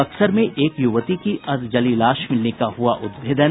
बक्सर में एक युवती की अधजली लाश मिलने का हुआ उद्भेदन